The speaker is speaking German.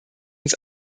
uns